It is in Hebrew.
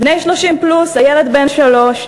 בני 30 פלוס, הילד בן שלוש.